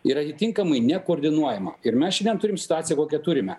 ir atitinkamai nekoordinuojama ir mes šiandien turim situaciją kokią turime